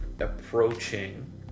Approaching